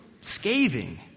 Scathing